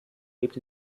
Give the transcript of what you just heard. lebt